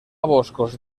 boscos